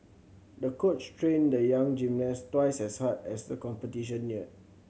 the coach trained the young gymnast twice as hard as the competition neared